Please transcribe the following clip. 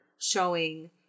showing